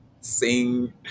sing